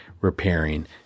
repairing